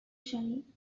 shelling